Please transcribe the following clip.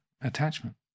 attachment